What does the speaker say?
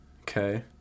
Okay